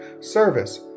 service